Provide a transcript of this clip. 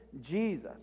Jesus